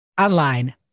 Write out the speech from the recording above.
online